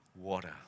water